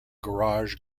garage